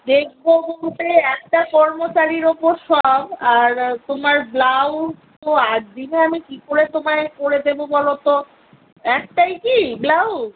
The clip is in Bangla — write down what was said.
দেখবো বলতে একটা কর্মচারীর ওপর সব আর তোমার ব্লাউজ তো আট দিনে আমি কি করে তোমায় করে দেবো বলো তো একটাই কি ব্লাউজ